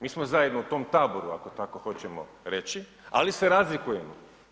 Mi smo zajedno u tom taboru, ako tako hoćemo reći, ali se razlikujemo.